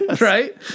Right